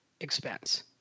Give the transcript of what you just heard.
expense